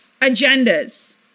agendas